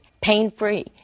pain-free